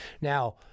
Now